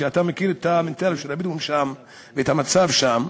אתה מכיר את המנטליות של הבדואים שם ואת המצב שם.